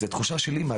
זו תחושה של אמא,